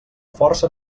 força